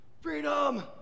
Freedom